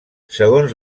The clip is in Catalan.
segons